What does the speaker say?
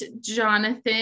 Jonathan